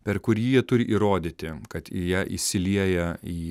per kurį jie turi įrodyti kad jie įsilieja į